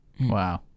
Wow